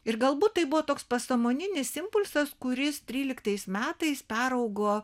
ir galbūt tai buvo toks pasąmoningas impulsas kuris tryliktais metais peraugo